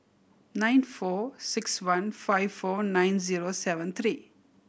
nine four six one five four nine zero seven three